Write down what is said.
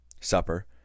Supper